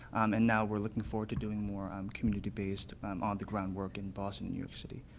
and now we're looking forward to doing more um community-based, um on the ground work in boston and new york city,